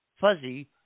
fuzzy